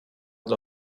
dla